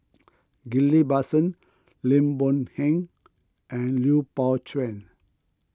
Ghillie Basan Lim Boon Heng and Lui Pao Chuen